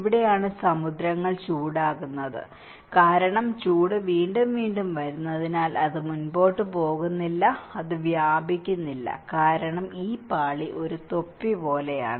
ഇവിടെയാണ് സമുദ്രങ്ങൾ ചൂടാകുന്നത് കാരണം ചൂട് വീണ്ടും വീണ്ടും വരുന്നതിനാൽ അത് മുന്നോട്ട് പോകുന്നില്ല അത് വ്യാപിക്കുന്നില്ല കാരണം ഈ പാളി ഒരു തൊപ്പി പോലെയാണ്